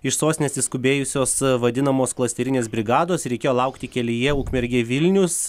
iš sostinės išskubėjusios vadinamos klasterinės brigados reikėjo laukti kelyje ukmergė vilnius